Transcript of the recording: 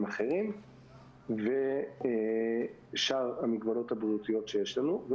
אחרים ושאר המגבלות הבריאותיות שיש לנו.